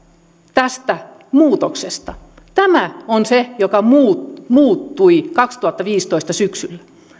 tästä muutoksesta tämä on se joka muuttui syksyllä kaksituhattaviisitoista